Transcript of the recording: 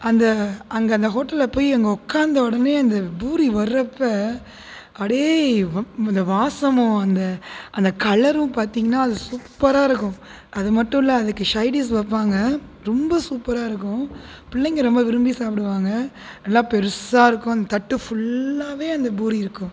அந்த அங்க அந்த ஹோட்டலில் போய் அங்கே உட்காந்த உடனே அந்த பூரி வர்ரப்ப அடே வ வ அந்த வாசமும் அந்த அந்த கலரும் பார்த்தீங்கன்னா அது சூப்பராக இருக்கும் அது மட்டும் இல்லை அதுக்கு சைடிஷ் வைப்பாங்க ரொம்ப சூப்பராக இருக்கும் பிள்ளைங்கள் ரொம்ப விரும்பி சாப்பிடுவாங்கள் நல்லா பெருசா இருக்கும் தட்டு புல்லாகவே அந்த பூரி இருக்கும்